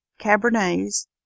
Cabernets